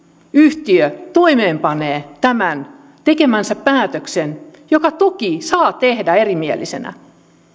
yhtiö toimeenpanee tämän tekemänsä päätöksen jonka toki saa tehdä erimielisenä